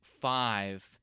five